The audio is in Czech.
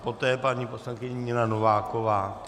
Poté paní poslankyně Nina Nováková.